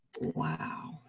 wow